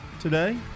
today